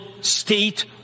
state